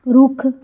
ਰੁੱਖ